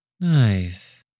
Nice